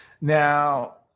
Now